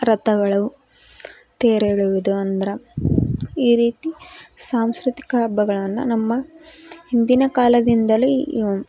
ರಥಗಳು ತೇರು ಎಳೆವುದು ಅಂದ್ರೆ ಈ ರೀತಿ ಸಾಂಸ್ಕೃತಿಕ ಹಬ್ಬಗಳನ್ನು ನಮ್ಮ ಹಿಂದಿನ ಕಾಲದಿಂದಲೂ